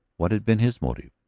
what had been his motive,